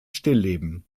stillleben